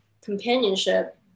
companionship